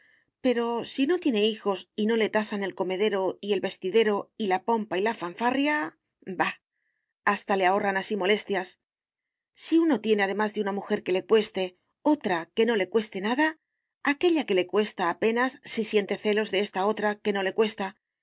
pero si no tiene hijos y no le tasan el comedero y el vestidero y la pompa y la fanfarria bah hasta le ahorran así molestias si uno tiene además de una mujer que le cueste otra que no le cueste nada aquella que le cuesta apenas si siente celos de esta otra que no le cuesta